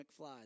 McFly